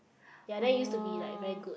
ya then it used to be like very good